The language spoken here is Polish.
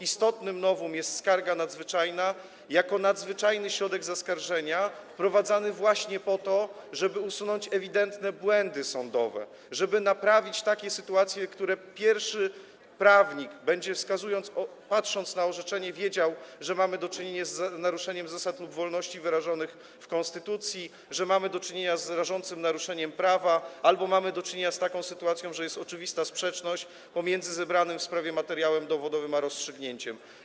Istotnym novum jest skarga nadzwyczajna jako nadzwyczajny środek zaskarżenia wprowadzany właśnie po to, żeby usunąć ewidentne błędy sądowe, żeby naprawiać takie sytuacje, w których prawnik, wskazując, patrząc na orzeczenie, będzie wiedział, że mamy do czynienia z naruszeniem zasad lub wolności wyrażonych w konstytucji, że mamy do czynienia z rażącym naruszeniem prawa albo z taką sytuacją, że jest oczywista sprzeczność pomiędzy zebranym w sprawie materiałem dowodowym a rozstrzygnięciem.